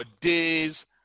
days